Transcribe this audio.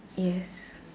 yes